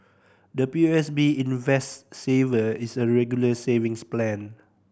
the P O S B Invest Saver is a Regular Savings Plan